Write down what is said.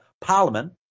parliament